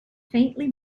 faintly